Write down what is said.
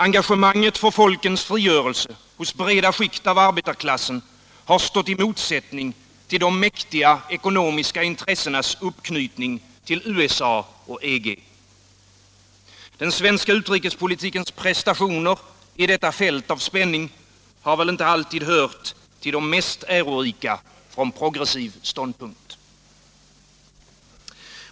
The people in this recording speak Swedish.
Engagemanget för folkens frigörelse hos breda skikt av arbetarklassen har stått i motsättning till de mäktiga ekonomiska intressenas uppknytning till USA och EG. Den svenska utrikespolitikens prestationer i detta fält av spänning har väl inte alltid hört till de m.est ärorika från progressiv ståndpunkt.